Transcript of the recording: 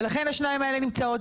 ולכן השתיים האלה נמצאות